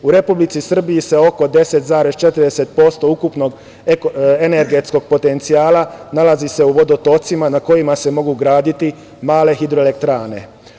U Republici Srbiji se oko 10,40% energetskoj potencijala nalazi se u vodotocima na kojima se mogu graditi male hidroelektrane.